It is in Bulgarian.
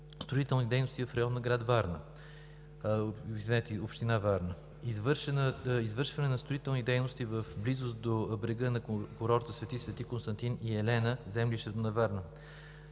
строителни дейности в района на община Варна, извършване на строителни дейности в близост до брега на курорта „Свети Свети Константин и Елена“, землището на Варна.